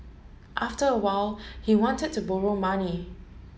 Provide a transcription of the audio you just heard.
after a while he wanted to borrow money